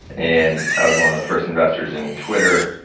and i was one of the first investors in twitter,